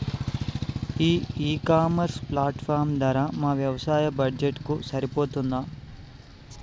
ఈ e commerce platform ధర మా వ్యవసాయ బడ్జెట్ కు సరిపోతుందా?